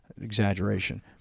exaggeration